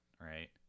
right